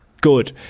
Good